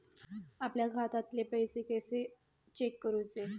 आपल्या खात्यातले पैसे कशे चेक करुचे?